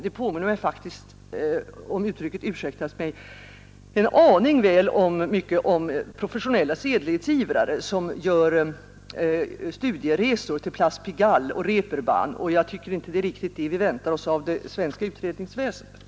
Det påminner mig, om liknelsen ursäktas mig, litet väl mycket om professionella sedlighetsivrare som gör studieresor till Place Pigalle och Reeperbahn, och jag tycker inte att det är riktigt vad vi väntar oss av det statliga utredningsväsendet.